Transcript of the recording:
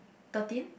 thirteen